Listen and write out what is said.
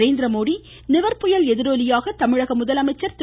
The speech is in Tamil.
நரேந்திரமோடி நிவர் புயல் எதிரொலியாக தமிழக முதலமைச்சர் திரு